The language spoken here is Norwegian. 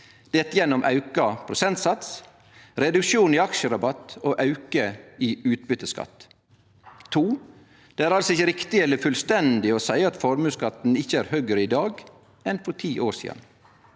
dette gjennom auka prosentsats, reduksjon i aksjerabatt og auke i utbyteskatt. 2. Det er altså ikkje riktig eller fullstendig å seie at formuesskatten ikkje er høgare i dag enn for 10 år sidan.